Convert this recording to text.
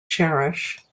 cherish